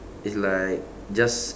it's like just